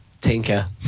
tinker